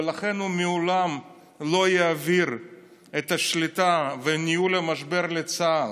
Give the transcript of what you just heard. ולכן הוא לעולם לא יעביר את השליטה ואת ניהול המשבר לצה"ל,